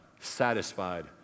satisfied